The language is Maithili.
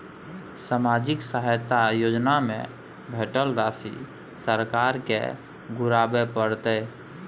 सामाजिक सहायता योजना में भेटल राशि सरकार के घुराबै परतै?